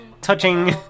touching